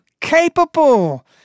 capable